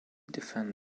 defend